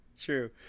True